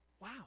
Wow